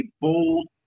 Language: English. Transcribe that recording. bold